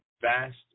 fast